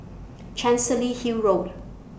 Chancery Hill Road